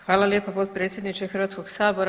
Hvala lijepa potpredsjedniče Hrvatskog sabora.